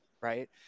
right